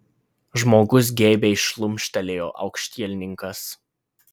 žmogus geibiai šlumštelėjo aukštielninkas